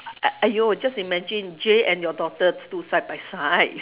!aiyo! just imagine Jay and your daughter stood side by side